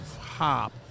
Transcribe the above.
hop